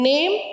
Name